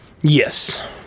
Yes